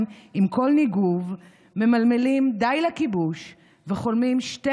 עם כל ניגוב / ממלמלים די לכיבוש וחולמים / שתי